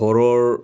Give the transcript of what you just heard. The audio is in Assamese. ঘৰৰ